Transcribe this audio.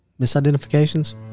misidentifications